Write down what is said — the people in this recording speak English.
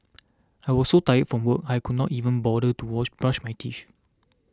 I was so tired from work I could not even bother to wash brush my teeth